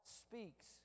speaks